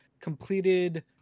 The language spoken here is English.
completed